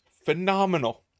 phenomenal